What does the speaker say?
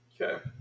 Okay